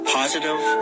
positive